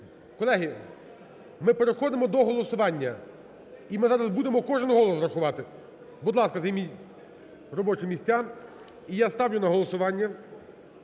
Колеги, ми переходимо до голосування. І ми зараз будемо кожен голос рахувати. Будь ласка, займіть робочі місця. І я ставлю на голосування